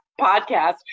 podcast